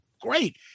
great